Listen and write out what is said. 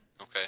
Okay